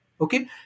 Okay